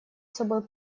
собой